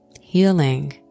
healing